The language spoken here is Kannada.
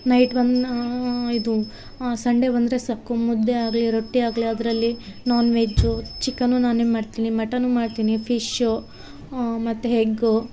ನೈಟ್ ಒನ್ನ ಇದು ಸಂಡೆ ಬಂದರೆ ಸಾಕು ಮುದ್ದೆ ಆಗಲಿ ರೊಟ್ಟಿ ಆಗಲಿ ಅದರಲ್ಲಿ ನಾನ್ ವೆಜ್ಜು ಚಿಕ್ಕನ್ನು ನಾನೇ ಮಾಡ್ತಿನಿ ಮಟನ್ನು ಮಾಡ್ತಿನಿ ಫಿಶು ಮತ್ತು ಹೆಗ್ಗು